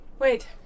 Wait